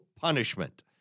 punishment